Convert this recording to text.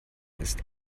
ist